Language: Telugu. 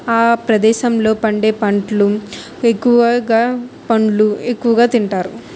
ఆ ప్రదేశంలో పండే పంటలు ఎక్కువగా పండ్లు ఎక్కువగా తింటారు